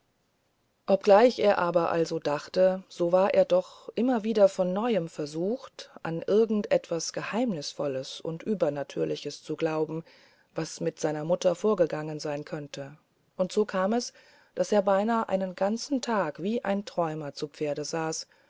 obgleich er aber also dachte so war er doch immer wieder von neuem versucht an irgend etwas geheimnisvolles und übernatürliches zu glauben was mit seiner mutter vorgegangen sein könnte und so kam es daß er beinahe einen ganzen tag wie ein träumender zu pferde saß